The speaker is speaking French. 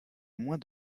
moins